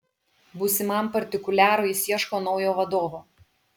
būsimam partikuliarui jis ieško naujo vadovo